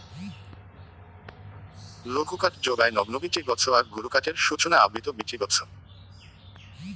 লঘুকাঠ যোগায় নগ্নবীচি গছ আর গুরুকাঠের সূচনা আবৃত বীচি গছ